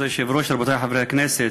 כבוד היושב-ראש, רבותי חברי הכנסת,